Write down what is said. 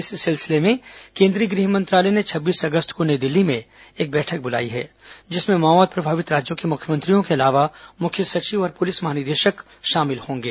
इस सिलसिले में केंद्रीय गृह मंत्रालय ने छब्बीस अगस्त को नई दिल्ली में एक बैठक बुलाई है जिसमें माओवाद प्रभावित राज्यों के मुख्यमंत्रियों के अलावा मुख्य सचिव और पुलिस महानिदेशक शामिल होंगे